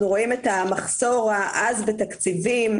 אנחנו רואים את המחסור העז בתקציבים,